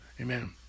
Amen